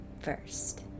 first